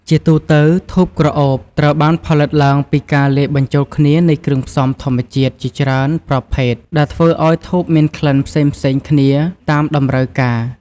ជាទូទៅធូបក្រអូបត្រូវបានផលិតឡើងពីការលាយបញ្ចូលគ្នានៃគ្រឿងផ្សំធម្មជាតិជាច្រើនប្រភេទដែលធ្វើឲ្យធូបមានក្លិនផ្សេងៗគ្នាតម្រូវការ។